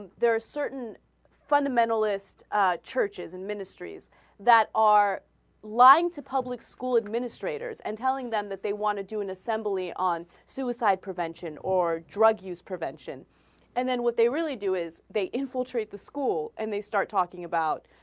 there are certain fundamentalist ah. churches and ministries that are lying to public school administrators and telling them that they wanted to an assembly on suicide prevention or drug use prevention and then what they really do is they infiltrate the school and they start talking about